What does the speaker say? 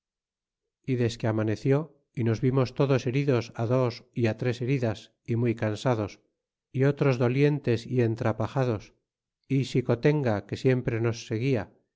y desque amaneció y nos vimos todos heridos dos y tres heridas y muy cansados y otros dolientes y entrapajados y xicotenga que siempre nos seguia